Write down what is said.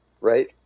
right